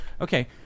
Okay